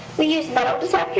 we used metal